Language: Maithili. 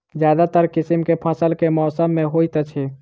ज्यादातर किसिम केँ फसल केँ मौसम मे होइत अछि?